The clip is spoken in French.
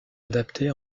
adapté